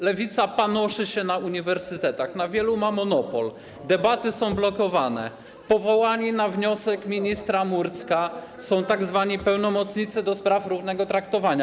Lewica panoszy się na uniwersytetach, na wielu ma monopol, debaty są blokowane, powołani na wniosek ministra Murdzka są tzw. pełnomocnicy do spraw równego traktowania.